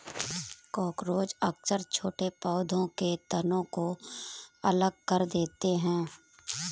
cockroach अक्सर छोटे पौधों के तनों को अलग कर देते हैं